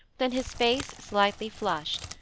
than his face slightly flushed,